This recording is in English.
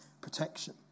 protection